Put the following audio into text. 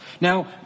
Now